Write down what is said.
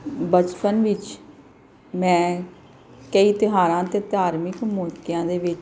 ਬਚਪਨ ਵਿੱਚ ਮੈਂ ਕਈ ਤਿਉਹਾਰਾਂ ਅਤੇ ਧਾਰਮਿਕ ਮੌਕਿਆਂ ਦੇ ਵਿੱਚ